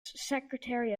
secretary